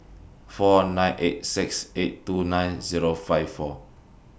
four nine eight six eight two nine Zero five four